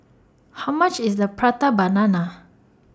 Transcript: How much IS The Prata Banana